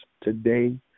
today